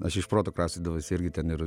aš iš proto kraustydavausi irgi ten ir